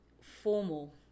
formal